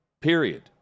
Period